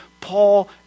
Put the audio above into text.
paul